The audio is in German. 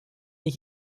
ich